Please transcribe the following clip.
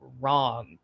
wrong